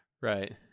Right